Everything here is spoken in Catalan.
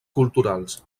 culturals